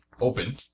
open